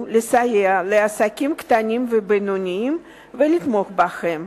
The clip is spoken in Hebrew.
לסייע לעסקים קטנים ובינוניים ולתמוך בהם,